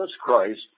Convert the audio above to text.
Christ